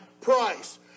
price